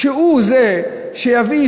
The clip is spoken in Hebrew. שהוא יהיה זה שיביא,